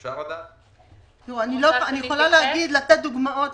אני יכולה לתת דוגמאות.